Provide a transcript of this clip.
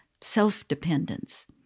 self-dependence